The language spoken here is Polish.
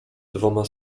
dwoma